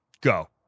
Go